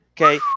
Okay